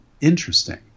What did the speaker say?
interesting